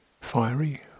fiery